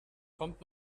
kommt